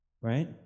right